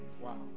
Wow